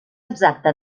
exacta